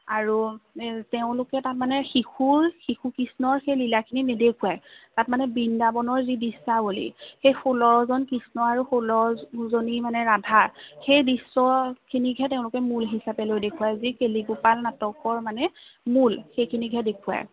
আৰু তেওঁলোকে তাৰ মানে শিশুৰ শিশু কৃষ্ণৰ সেই লীলাখিনি নেদেখুৱাই তাত মানে বৃন্দাবনৰ যি দৃশ্যাৱলী সেই ষোল্লজন কৃষ্ণ আৰু ষোল্লজনী মানে ৰাধা সেই দৃশ্যখিনিকহে তেওঁলোকে মূল হিচাপে লৈ দেখুৱাই যি কেলিগোপাল নাটকৰ মানে মূল সেইখিনিকহে দেখুৱায়